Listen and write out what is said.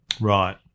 Right